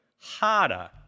harder